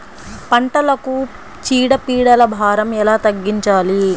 పంటలకు చీడ పీడల భారం ఎలా తగ్గించాలి?